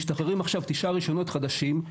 משתחררים עכשיו תשעה רישיונות חדשים.